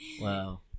Wow